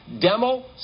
Demo